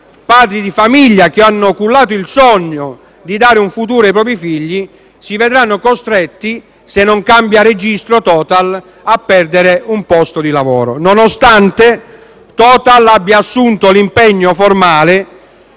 padri di famiglia che hanno cullato il sogno di dare un futuro ai propri figli, si vedranno costretti, se Total non cambia registro, a perdere un posto di lavoro, nonostante Total abbia assunto l'impegno formale